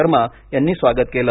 शर्मा यांनी स्वागत केला